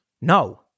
No